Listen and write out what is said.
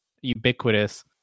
ubiquitous